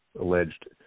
alleged